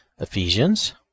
Ephesians